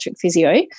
physio